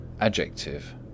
adjective